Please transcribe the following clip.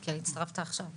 כי הצטרפת עכשיו.